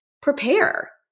prepare